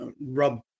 rub